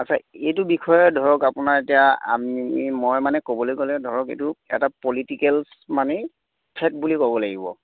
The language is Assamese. আচ্ছা এইটো বিষয়ে ধৰক আপোনাৰ এতিয়া আমি মই মানে ক'বলৈ গ'লে ধৰক এইটো এটা পলিটিকেল মানে থ্ৰেট বুলি ক'ব লাগিব